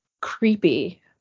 Creepy